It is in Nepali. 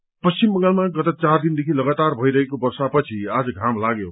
वेदर पश्चिम बंगालमा गत चार दिनदेखि लगातार भइरहेको वर्षपछि आज घाम लाग्यो